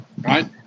right